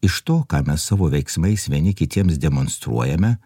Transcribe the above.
iš to ką mes savo veiksmais vieni kitiems demonstruojame